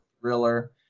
thriller